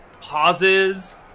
pauses